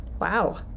wow